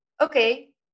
okay